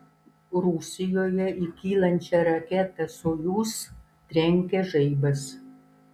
rusijoje į kylančią raketą sojuz trenkė žaibas